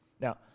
Now